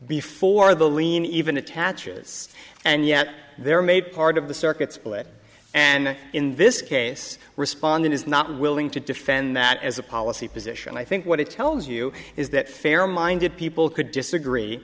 before the lean even attaches and yet they're made part of the circuit split and in this case respondent is not willing to defend that as a policy position i think what it tells you is that fair minded people could disagree